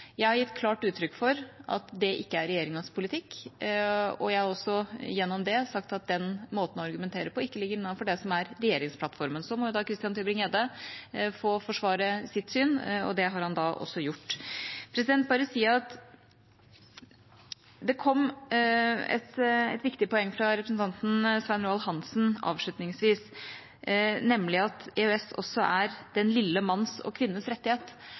Jeg har gitt klart uttrykk for at det ikke er regjeringas politikk, og jeg har også gjennom det sagt at den måten å argumentere på ikke ligger innenfor det som er regjeringsplattformen. Så må Christian Tybring-Gjedde få forsvare sitt syn, og det har han da også gjort. Jeg vil bare si at det kom et viktig poeng fra representanten Svein Roald Hansen avslutningsvis, nemlig at EØS også er den lille manns og